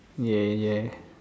ya ya